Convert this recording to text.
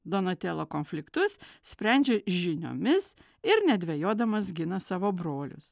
donatelo konfliktus sprendžia žiniomis ir nedvejodamas gina savo brolius